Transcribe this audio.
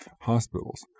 hospitals